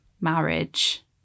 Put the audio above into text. marriage